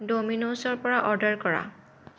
ড'মিনছৰ পৰা অৰ্ডাৰ কৰা